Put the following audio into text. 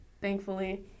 thankfully